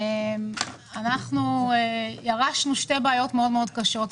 אנחנו ירשנו שתי בעיות מאוד קשות.